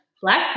black